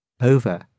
over